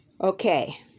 Okay